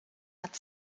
hat